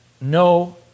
no